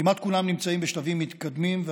כמעט כולן נמצאות בשלבים מתקדמים מאוד,